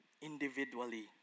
individually